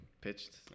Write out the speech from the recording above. pitched